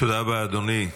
תודה רבה, אדוני.